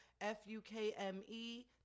f-u-k-m-e